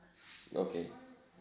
okay